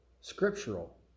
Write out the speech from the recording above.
scriptural